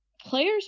players